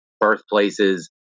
birthplaces